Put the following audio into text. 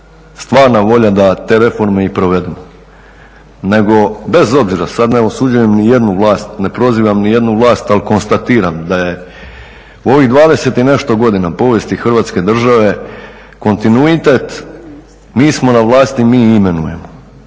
stvarna volja da te reforme i provedemo nego bez obzira, sad ne osuđujem ni jednu vlast, ne prozivam ni jednu vlast, ali konstatiram da je u ovih 20 i nešto godina povijesti Hrvatske države kontinuitet, mi smo na vlasti, mi imenujemo